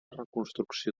reconstrucció